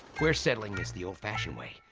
we're settling this the old fashioned way.